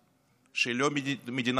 שהיא לא מדינה דמוקרטית,